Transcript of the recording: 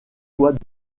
toits